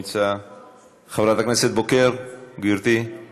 חבר הכנסת חזן, קריאה שנייה.